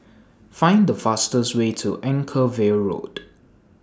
Find The fastest Way to Anchorvale Road